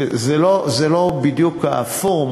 זה לא בדיוק הפורום,